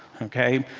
ok?